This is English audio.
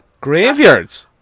Graveyards